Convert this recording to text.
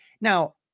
Now